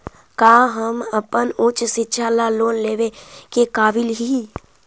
का हम अपन उच्च शिक्षा ला लोन लेवे के काबिल ही?